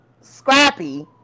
Scrappy